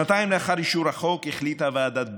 שנתיים לאחר אישור החוק החליטה ועדת ביטון,